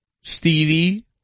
Stevie